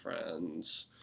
friends